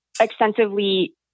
extensively